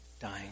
dying